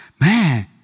man